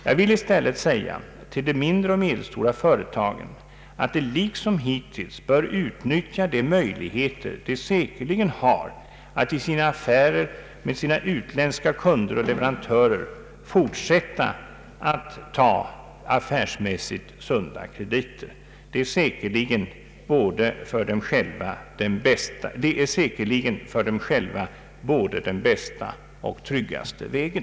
Jag vill i stället säga till de mindre och medelstora företagen att dessa liksom hittills bör utnyttja de möjligheter de säkerligen har att i sina affärer med utländska kunder och leverantörer fortsätta att ta affärsmässigt sunda krediter. Det är säkerligen för dem själva både den bästa och tryggaste vägen.